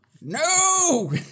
no